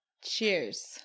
Cheers